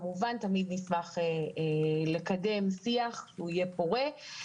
כמובן תמיד נשמח לקדם שיח פורה,